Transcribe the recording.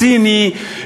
ציני,